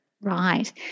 Right